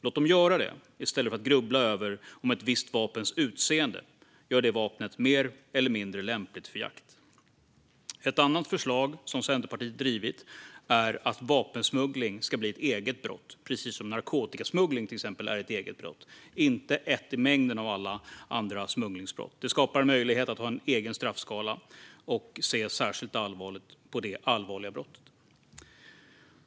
Låt dem göra det, i stället för att grubbla över om ett visst vapens utseende gör det mer eller mindre lämpligt för jakt! Ett annat förslag som Centerpartiet drivit är att vapensmuggling ska bli ett eget brott, precis som exempelvis narkotikasmuggling är ett eget brott, inte ett i mängden av alla andra smugglingsbrott. Det skapar en möjlighet att ha en egen straffskala och se särskilt allvarligt på det allvarliga brottet.